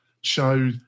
show